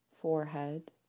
forehead